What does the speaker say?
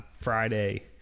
Friday